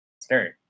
scary